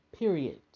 Period